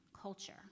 culture